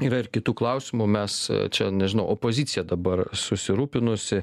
yra ir kitų klausimų mes čia nežinau opozicija dabar susirūpinusi